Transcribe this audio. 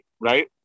right